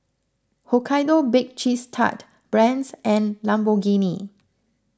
Hokkaido Baked Cheese Tart Brand's and Lamborghini